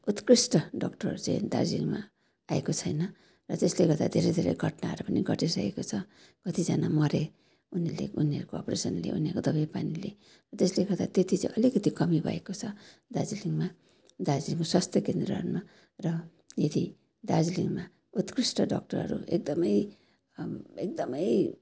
उत्कृष्ट डाक्टरहरू चाहिँ दार्जिलिङमा आएको छैन र त्यसले गर्दा धेरै धेरै घटनाहरू पनि घटिसकेको छ कतिजना मरे उनीहरूले उनीहरूकोअप्रेसनले उनीहरूको दबाई पानीले त्यसले गर्दा त्यति चाहिँ अलिकिती कमी भएको छ दार्जिलिङमा दार्जिलिङको स्वास्थ्य केन्द्रहरूमा र यदि दार्जिलिङमा उत्कृष्ट डाक्टरहरू एकदमै एकदमै